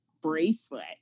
bracelet